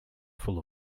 full